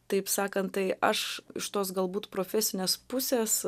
taip sakant tai aš iš tos galbūt profesinės pusės